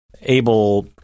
able